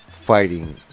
fighting